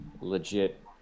legit